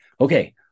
okay